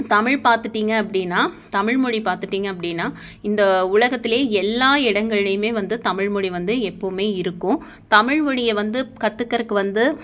தமிழ் பார்த்துட்டிங்க அப்படினா தமிழ்மொழி பார்த்துட்டிங்க அப்படினா இந்த உலகத்துலேயே எல்லா இடங்கள்லையுமே வந்து தமிழ்மொழி வந்து எப்போவுமே இருக்கும் தமிழ்மொழியை வந்து கற்றுக்கிறதுக்கு வந்து